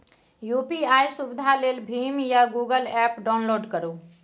UPI सुविधा लेल भीम या गुगल एप्प डाउनलोड करु